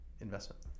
investment